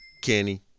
Kenny